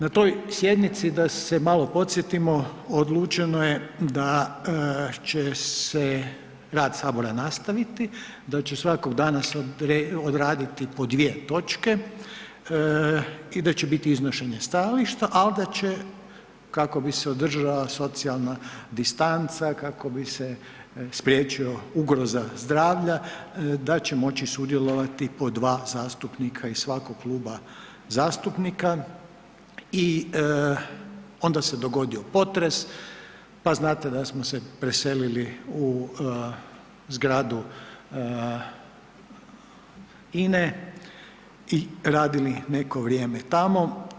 Na toj sjednici, da se malo podsjetimo, odlučeno je da će se rad Sabora nastaviti, da će svakog dana odraditi po dvije točke i da će biti iznošenje stajališta, ali da će kako bi se održala socijalna distanca, kako bi se spriječila ugroza zdravlja da će moći sudjelovati po dva zastupnika iz svakog kluba zastupnika i onda se dogodio potres, pa znate da smo se preselili u zgradu INA-e i radili neko vrijeme tamo.